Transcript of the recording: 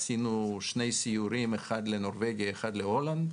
עשינו שני סיורים, אחד לנורבגיה, אחד להולנד,